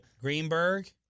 Greenberg